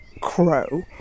crow